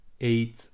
Eight